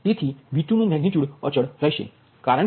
તેથી V2નુ મેગનિટ્યુડ અચલ રહેશે